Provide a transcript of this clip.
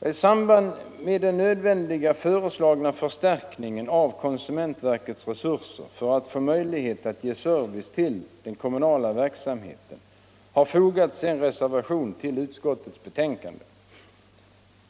När det gäller den föreslagna nödvändiga förstärkningen av konsumentverkets resurser för att verket skall få möjlighet att ge service till den kommunala verksamheten har en reservation, nr 2 av herrar Regnéll och Hovhammar, fogats till utskottets betänkande.